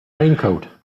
raincoat